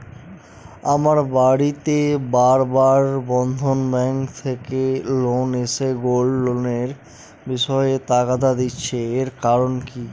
আমার বাড়িতে বার বার বন্ধন ব্যাংক থেকে লোক এসে গোল্ড লোনের বিষয়ে তাগাদা দিচ্ছে এর কারণ কি?